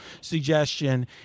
suggestion